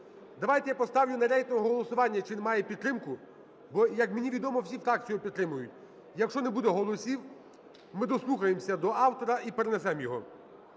Давайте я поставлю на рейтингове голосування, чи він має підтримку, бо, як мені відомо, всі фракції його підтримують. Якщо не буде голосів, ми дослухаємося до автора і перенесемо його.